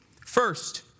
First